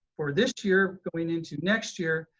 for this year going into next year,